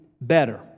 better